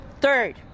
Third